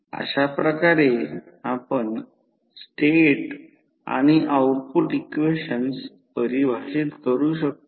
तर अशा प्रकारे आपण स्टेट आणि आउटपुट इक्वेशन परिभाषित करू शकतो